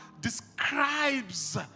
describes